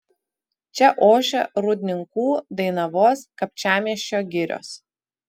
čia ošia rūdninkų dainavos kapčiamiesčio girios